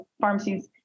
pharmacies